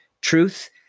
Truth